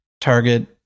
target